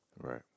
Right